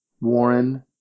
Warren